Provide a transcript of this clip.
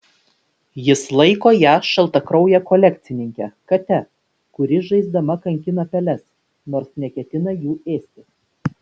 jis laiko ją šaltakrauje kolekcininke kate kuri žaisdama kankina peles nors neketina jų ėsti